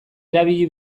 erabili